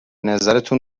نظرتون